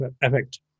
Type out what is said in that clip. effect